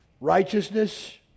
righteousness